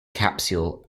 capsule